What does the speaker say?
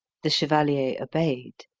the chevalier obeyed.